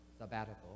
sabbatical